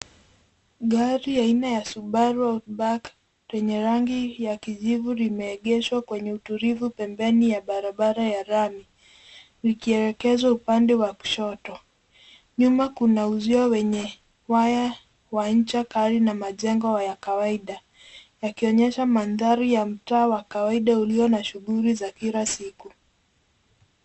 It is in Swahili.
Gari aina ya Subaru outback yenye rangi ya kijivu limeegeshwa kwenye utulivu pembeni ya barabara ya lami, likielekezwa upande wa kushoto. Nyuma kuna uzio wenye waya wa ncha kali na majengo ya kawaida yakionyesha mandhari wa mtaa wa kawaida ulio na shuguli za kila siku.